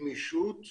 נושא עומק.